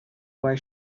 why